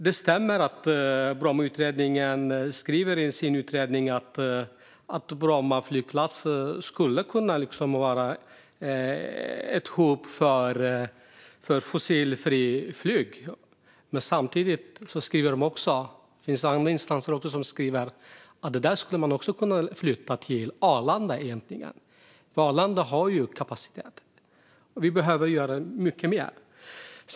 Det stämmer att Brommautredningen skriver att Bromma flygplats skulle kunna vara en hubb för fossilfritt flyg. Samtidigt skriver man, och det finns andra instanser som också skriver, att också det skulle kunna flyttas till Arlanda. Arlanda har ju kapacitet. Vi behöver göra mycket mer.